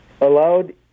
allowed